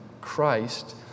Christ